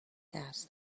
asked